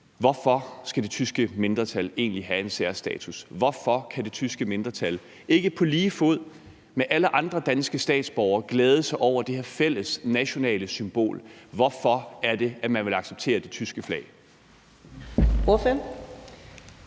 Hvorfor skal det tyske mindretal egentlig have en særstatus? Hvorfor kan det tyske mindretal ikke på lige fod med alle andre danske statsborgere glæde sig over det her fælles nationale symbol? Hvorfor er det, at man vil acceptere det tyske flag?